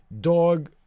dog